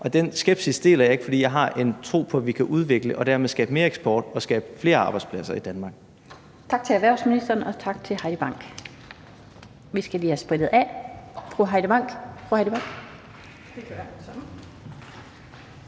Og den skepsis deler jeg ikke, for jeg har en tro på, at vi kan udvikle og dermed skabe mere eksport og skabe flere arbejdspladser i Danmark. Kl. 16:06 Den fg. formand (Annette Lind): Tak til erhvervsministeren og tak til Heidi Bank. Vi skal lige have sprittet af,